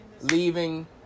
leaving